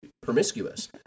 promiscuous